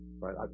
Right